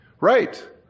Right